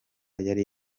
yari